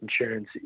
insurance